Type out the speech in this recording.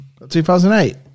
2008